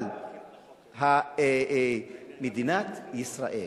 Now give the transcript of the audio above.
אבל מדינת ישראל